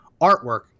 artwork